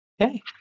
okay